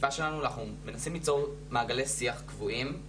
השאיפה שלנו היא שאנחנו מנסים ליצור מעגלי שיח קבועים,